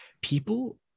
People